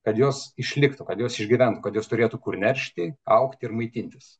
kad jos išliktų kad jos išgyventų kad jos turėtų kur neršti augti ir maitintis